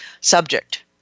subject